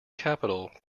capital